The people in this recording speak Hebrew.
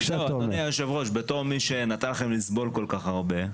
אדוני היושב ראש, כמי שנתן לכם לסבול כל כך הרבה,